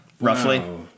Roughly